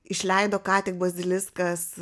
išleido ką tik baziliskas